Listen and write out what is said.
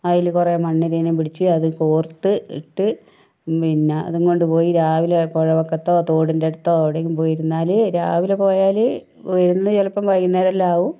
അതില് കുറേ മണ്ണിരേനേയും പിടിച്ച് അത് കോർത്ത് ഇട്ട് പിന്നെ അതും കൊണ്ടുപോയി രാവിലെ പുഴവക്കത്തോ തോടിന്റെടുത്തോ എവിടെയെങ്കിലും പോയിരുന്നാല് രാവിലെ പോയാല് വരുന്നത് ചിലപ്പം വൈകുന്നേരല്ലം ആവും